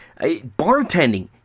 bartending